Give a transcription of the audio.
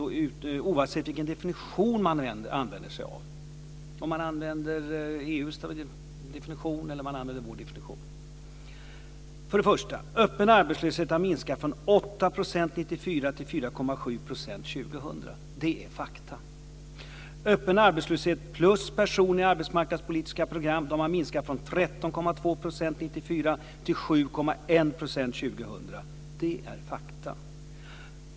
Det gäller oavsett vilken definition man använder sig av, om man använder EU:s definition eller om man använder vår definition. För det första: Öppen arbetslöshet har minskat från 8 % år 1994 till 4,7 % år 2000. Det är fakta. För det andra: Öppen arbetslöshet plus personer i arbetsmarknadspolitiska program har minskat från 13,2 % år 1994 till 7,1 % år 2000. Det är fakta.